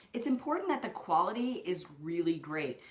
it's important that the quality is really great.